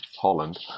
Holland